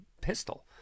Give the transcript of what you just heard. pistol